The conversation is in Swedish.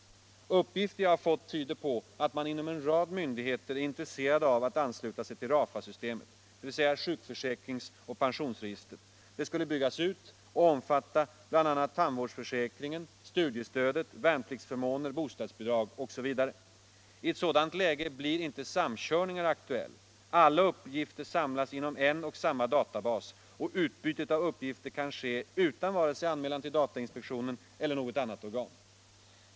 Uppgifter jag har fått 23 mars 1976 tyder på att man inom en rad myndigheter är intresserad av att ansluta I sig till RAFA-systemet, dvs. sjukförsäkringsoch pensionsregistret. Detta - Om användningen skulle byggas ut och omfatta bl.a. tandvårdsförsäkringen, studiestödet, av statliga datarevärnpliktsförmånerna, bostadsbidragen osv. I ett sådant läge blir inte nå = gister för kontroll av gon samkörning aktuell. Alla uppgifter samlas inom en och samma da = enskildas ekonotabas och utbytet av uppgifter kan ske utan anmälan till vare sig damiska förhållantainspektionen eller något annat organ.